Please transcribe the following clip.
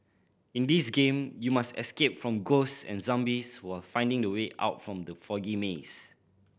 in this game you must escape from ghosts and zombies while finding the way out from the foggy maze